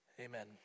Amen